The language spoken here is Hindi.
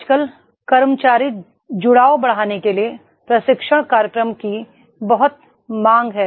आजकल कर्मचारी जुड़ाव बढ़ाने के लिए प्रशिक्षण कार्यक्रमों की बहुत मांग है